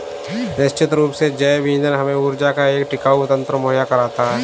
निश्चित रूप से जैव ईंधन हमें ऊर्जा का एक टिकाऊ तंत्र मुहैया कराता है